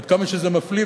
עד כמה שזה מפליא,